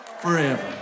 forever